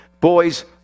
boy's